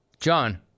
John